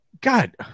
God